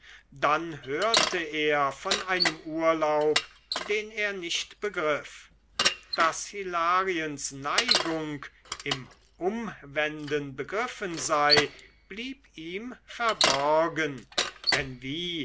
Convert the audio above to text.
dann hörte er von einem urlaub den er nicht begriff daß hilariens neigung im umwenden begriffen sei blieb ihm verborgen denn wie